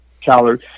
calories